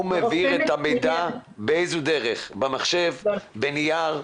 הוא מביא את המידע באיזו דרך, במחשב, בנייר?